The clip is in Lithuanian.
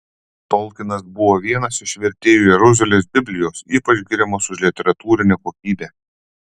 tolkinas buvo vienas iš vertėjų jeruzalės biblijos ypač giriamos už literatūrinę kokybę